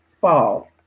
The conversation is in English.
fall